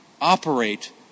operate